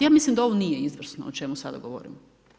Ja mislim da ovo nije izvrsno o čemu sada govorim.